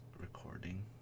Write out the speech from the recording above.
recording